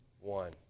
One